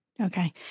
Okay